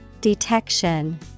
detection